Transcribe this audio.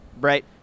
Right